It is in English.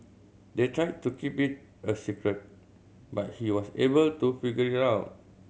they tried to keep it a secret but he was able to figure it out